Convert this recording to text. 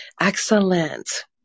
Excellent